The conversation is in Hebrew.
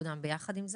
ותקודם ביחד עם זה.